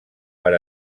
per